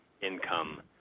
income